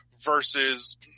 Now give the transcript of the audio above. versus